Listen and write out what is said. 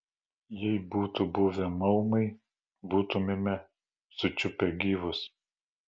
jei būtų buvę maumai būtumėme sučiupę gyvus